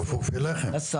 כפוף אליכם.